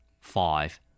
Five